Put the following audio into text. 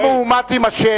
אם המהומה תימשך,